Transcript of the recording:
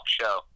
show